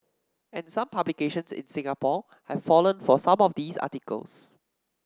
and some publications in Singapore have fallen for some of these articles